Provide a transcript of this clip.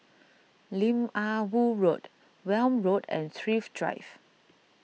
Lim Ah Woo Road Welm Road and Thrift Drive